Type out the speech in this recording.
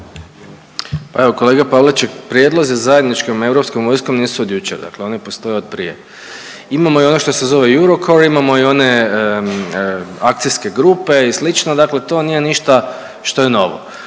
Pa evo kolega Pavliček prijedlozi zajedničkom europskom vojskom nisu od jučer, dakle oni postoje od prije. Imamo i ono što se zove EUROKOR imamo i one akcijske grupe i slično, dakle to nije ništa što je novo.